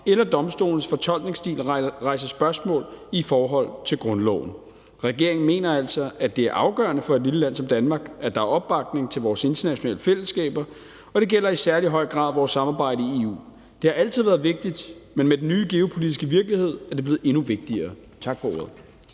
eller Domstolens fortolkningsstil rejser spørgsmål i forhold til grundloven. Regeringen mener altså, at det er afgørende for et lille land som Danmark, at der er opbakning til vores internationale fællesskaber, og det gælder i særlig høj grad vores samarbejde i EU. Det har altid været vigtigt, men med den nye geopolitiske virkelighed er det blevet endnu vigtigere. Tak for ordet.